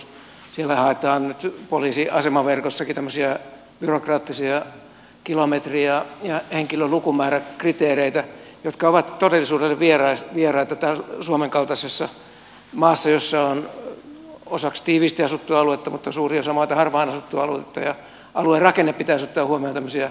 siellä poliisiasemaverkossakin haetaan nyt tämmöisiä byrokraattisia kilometri ja henkilölukumääräkriteereitä jotka ovat todellisuudelle vieraita suomen kaltaisessa maassa jossa on osaksi tiiviisti asuttua aluetta mutta suuri osa harvaan asuttua aluetta ja aluerakenne pitäisi ottaa huomioon tämmöisiä uudistuksia tehtäessä